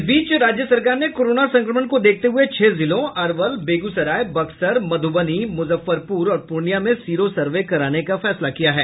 इस बीच राज्य सरकार ने कोरोना संक्रमण को देखते हुए छह जिलों अरवल बेगूसराय बक्सर मधुबनी मुजफ्फरपुर और पूर्णिया में सीरो सर्वे कराने का फैसला किया है